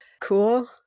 cool